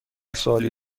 سوالی